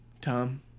Tom